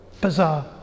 Bizarre